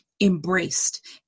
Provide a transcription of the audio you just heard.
embraced